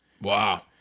Wow